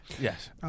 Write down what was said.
yes